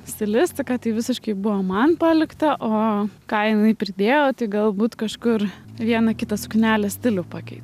stilistika tai visiškai buvo man palikta o ką jinai pridėjo tai galbūt kažkur vieną kitą suknelės stilių pakeitė